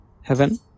Heaven